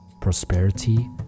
prosperity